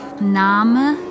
Name